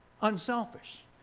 unselfish